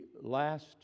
last